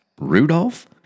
Rudolph